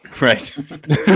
Right